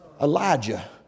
Elijah